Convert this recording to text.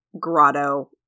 grotto